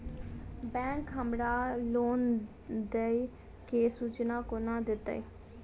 Bank हमरा loan देय केँ सूचना कोना देतय?